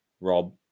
Rob